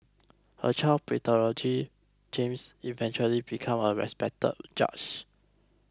a child prodigy James eventually became a respected judge